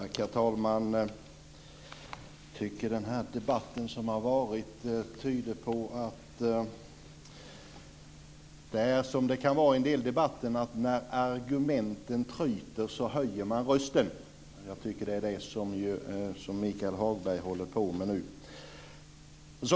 Herr talman! Jag tycker att den debatt som har varit tyder på att man höjer rösten när argumenten tryter. Jag tycker att det är det som Michael Hagberg håller på med nu.